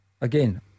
Again